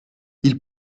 ils